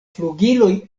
flugiloj